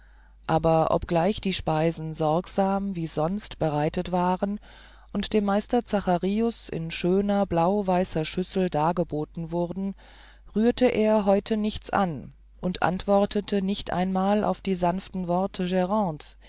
aber obgleich die speisen sorgsam wie sonst bereitet waren und dem meister zacharius in schöner blauweißer schüssel dargeboten wurden rührte er heute nichts an und antwortete nicht einmal auf die sanften worte